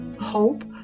hope